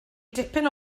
dipyn